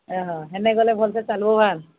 ଏ ହ ହେନ୍ ଟା ଗଲେ ଭଲସେ ଚାଲୁ